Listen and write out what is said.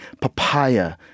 papaya